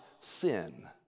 sin